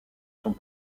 sont